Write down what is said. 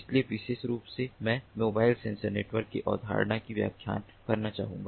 इसलिए विशेष रूप से मैं मोबाइल सेंसर नेटवर्क की अवधारणा की व्याख्या करना चाहूंगा